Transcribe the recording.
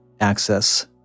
access